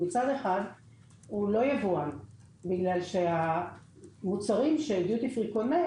מצד אחד הוא לא יבואן בגלל שהמוצרים שדיוטי פרי קונה,